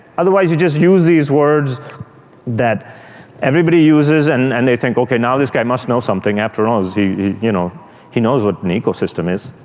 otherwise, you just use these words that everybody uses and and they think, okay, now this guy must know something, after all, he you know he knows what an ecosystem is.